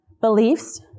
beliefs